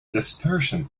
dispersion